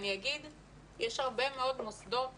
יש הרבה מאוד מוסדות